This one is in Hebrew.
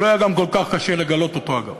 שלא היה גם כל כך קשה לגלות אותו, אגב.